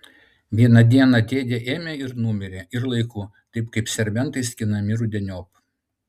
vieną dieną dėdė ėmė ir numirė ir laiku taip kaip serbentai skinami rudeniop